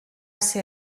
ser